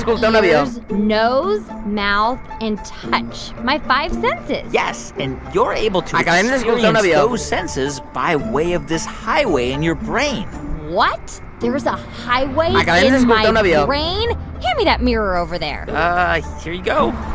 ears, nose, mouth and touch my five senses yes. and you're able to experience those senses by way of this highway in your brain what? there's a highway in my brain? hand yeah me that mirror over there here you go